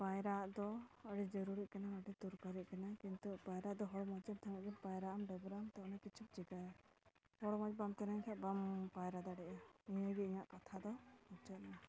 ᱯᱟᱭᱨᱟᱜ ᱫᱚ ᱟᱹᱰᱤ ᱡᱟᱹᱨᱩᱲᱤᱜ ᱠᱟᱱᱟ ᱟᱹᱰᱤ ᱛᱩᱨᱠᱟᱹᱨᱤᱜ ᱠᱟᱱᱟ ᱠᱤᱱᱛᱩ ᱯᱟᱭᱨᱟᱜ ᱫᱚ ᱦᱚᱲ ᱢᱚᱡᱽᱮᱢ ᱛᱟᱦᱮᱱᱟ ᱯᱟᱭᱨᱟᱜ ᱮᱢ ᱰᱟᱹᱵᱨᱟᱹᱢ ᱛᱚ ᱚᱱᱮᱠ ᱠᱤᱪᱷᱩᱢ ᱪᱤᱠᱟᱹᱭᱟᱢ ᱦᱚᱲ ᱢᱚᱡᱽ ᱵᱟᱢ ᱛᱟᱦᱮᱱ ᱠᱷᱟᱡ ᱵᱟᱢ ᱯᱟᱭᱨᱟ ᱫᱟᱲᱮᱭᱟᱜᱼᱟ ᱱᱤᱭᱟᱹᱜᱮ ᱤᱧᱟᱹᱜ ᱠᱟᱛᱷᱟ ᱫᱚ ᱢᱩᱪᱟᱹᱫ ᱮᱱᱟ